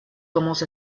commence